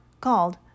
called